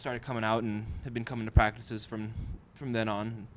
started coming out and have been coming to practices from from then on